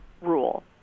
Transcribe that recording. rule